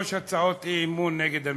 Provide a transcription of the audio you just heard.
הצעות אי-אמון נגד הממשלה.